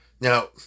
now